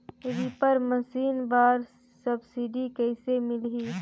Reaper machine बर subsidy कइसे मिलही?